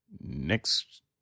next